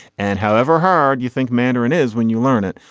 and however hard you think mandarin is when you learn it.